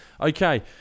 Okay